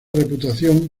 reputación